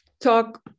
talk